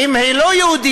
אם היא לא יהודית,